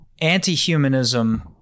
anti-humanism